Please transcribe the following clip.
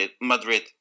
Madrid